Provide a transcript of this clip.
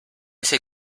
ese